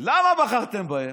למה בחרתם בהם?